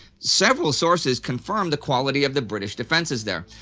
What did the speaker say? several sources confirm the quality of the british defenses there,